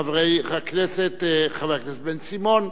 חבר הכנסת בן-סימון,